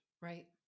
right